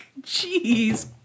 Jeez